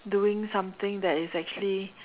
doing something that is actually